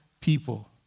people